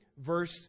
verse